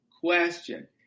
question